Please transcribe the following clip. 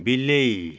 ବିଲେଇ